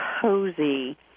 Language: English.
cozy